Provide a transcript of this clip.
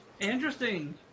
Interesting